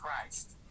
Christ